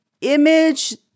image